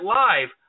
live